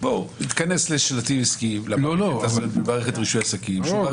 בואו נתכנס לשלטים עסקיים במערכת לרישוי עסקים --- לא,